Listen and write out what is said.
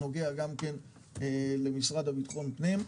זה נוגע גם כן למשרד לבטחון פנים.